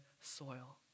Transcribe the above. soil